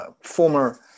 former